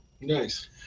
nice